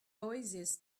oasis